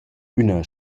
üna